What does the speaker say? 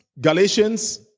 Galatians